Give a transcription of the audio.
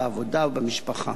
בעבודה ובמשפחה".